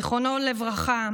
זיכרונו לברכה,